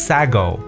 Sago